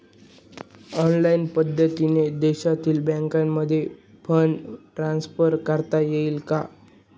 Online पद्धतीने देशातील बँकांमध्ये फंड ट्रान्सफर करता येईल का?